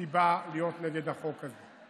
סיבה להיות נגד החוק הזה.